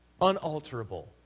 unalterable